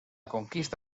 conquista